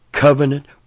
covenant